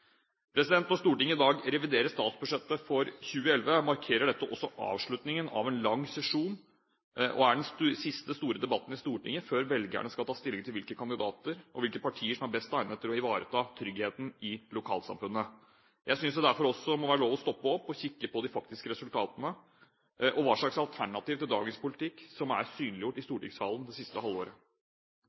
Når Stortinget i dag reviderer statsbudsjettet for 2011, markerer dette også avslutningen av en lang sesjon og er den siste store debatten i Stortinget før velgerne skal ta stilling til hvilke kandidater og hvilke partier som er best egnet til å ivareta tryggheten i lokalsamfunnet. Jeg synes det derfor også må være lov til å stoppe opp og kikke på de faktiske resultatene og på hva slags alternativ til dagens politikk som er synliggjort i stortingssalen det siste